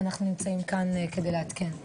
אנחנו נמצאים כאן כדי לעדכן.